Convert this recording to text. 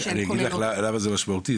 אני אגיד לך למה זה משמעותי.